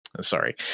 Sorry